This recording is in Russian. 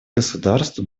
государств